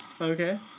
Okay